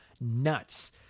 nuts